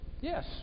Yes